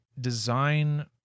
design